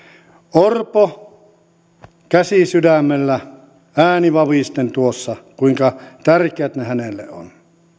orpo sanoi käsi sydämellä ääni vavisten tuossa kuinka tärkeät ne hänelle ovat